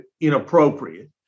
inappropriate